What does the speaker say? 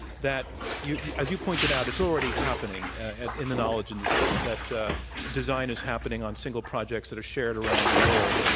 that you you as you pointed out, it's already happening at in the knowledge industry, that design is happening on single projects that are shared around the world.